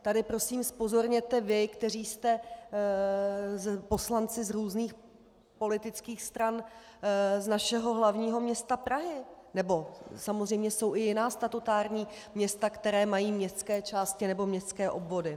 Tady prosím zpozorněte vy, kteří jste poslanci z různých politických stran z našeho hlavního města Prahy, nebo samozřejmě jsou i jiná statutární města, která mají městské části nebo městské obvody.